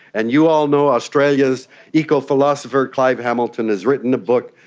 and you all know australia's eco-philosopher clive hamilton has written a book,